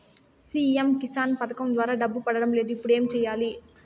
CM Kisan పథకం ద్వారా డబ్బు పడడం లేదు ఇప్పుడు ఏమి సేయాలి